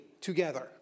together